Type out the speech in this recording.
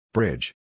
Bridge